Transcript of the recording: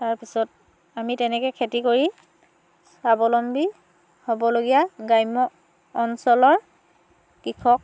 তাৰপিছত আমি তেনেকে খেতি কৰি স্বাৱলম্বী হ'বলগীয়া গ্ৰাম্য অঞ্চলৰ কৃষক